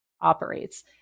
operates